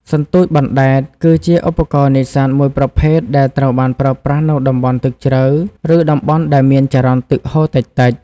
សន្ទូចបណ្ដែត គឺជាឧបករណ៍នេសាទមួយប្រភេទដែលត្រូវបានប្រើប្រាស់នៅតំបន់ទឹកជ្រៅ ឬតំបន់ដែលមានចរន្តទឹកហូរតិចៗ។